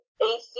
AC